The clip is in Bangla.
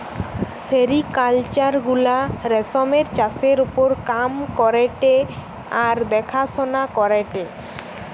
সেরিকালচার গুলা রেশমের চাষের ওপর কাম করেটে আর দেখাশোনা করেটে